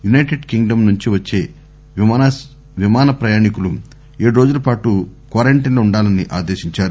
యూసైటెడ్ Kingdom నుంచి వచ్చే విమానప్రయాణికులు ఏడు రోజుల పాటు క్వారంటైన్ లో ఉండాలని ఆదేశించింది